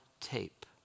tape